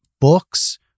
books